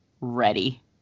ready